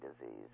disease